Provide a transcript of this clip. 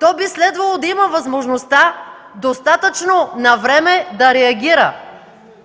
то би следвало да има възможността достатъчно навреме да реагира.